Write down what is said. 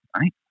right